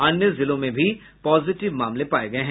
अन्य जिलों में भी पॉजिटिव मामले पाये गये हैं